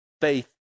Faith